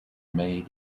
made